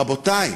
רבותי,